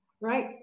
right